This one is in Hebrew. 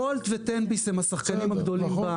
וולט ותן-ביס הם השחקנים הגדולים.